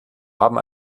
haben